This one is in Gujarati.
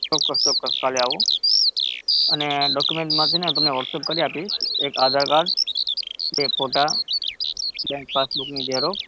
ચોક્કસ ચોક્કસ કાલે આવો અને ડૉક્યુમેન્ટમાં છે ને તમને વોટ્સએપ કરી આપીશ એક આધારકાર્ડ બે ફોટા બેંક પાસબુકની ઝેરોક્ષ